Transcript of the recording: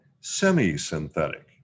semi-synthetic